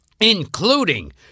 including